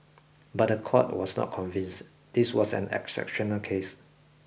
but the court was not convinced this was an exceptional case